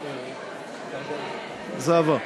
לגבי ההחלטה,